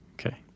Okay